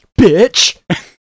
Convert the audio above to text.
bitch